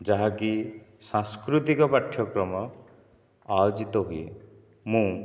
ଯାହାକି ସାଂସ୍କୃତିକ ପାଠ୍ୟକ୍ରମ ଆୟୋଜିତ ହୁଏ ମୁଁ